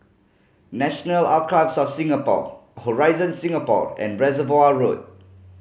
National Archives of Singapore Horizon Singapore and Reservoir Road